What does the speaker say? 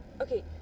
Okay